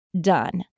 done